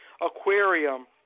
aquarium